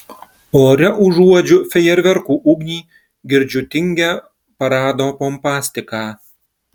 ore užuodžiu fejerverkų ugnį girdžiu tingią parado pompastiką